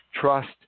trust